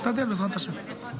משתדל, בעזרת השם.